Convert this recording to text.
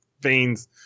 veins